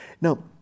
Now